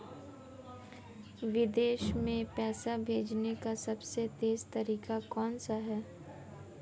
विदेश में पैसा भेजने का सबसे तेज़ तरीका कौनसा है?